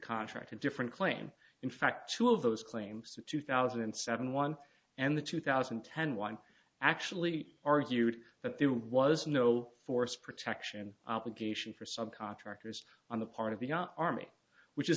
contract a different claim in fact two of those claims two thousand and seven one and the two thousand and ten one actually argued that there was no force protection obligation for subcontractors on the part of the army which is